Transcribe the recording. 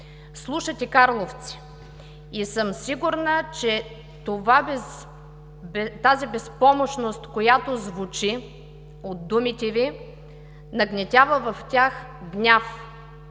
слушат и карловци и съм сигурна, че тази безпомощност, която звучи от думите Ви, нагнетява в тях гняв.